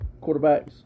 quarterbacks